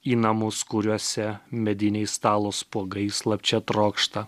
į namus kuriuose mediniais stalo spuogais slapčia trokšta